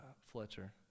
Fletcher